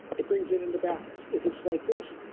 it brings it into balance. if it's like this,